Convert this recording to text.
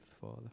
Father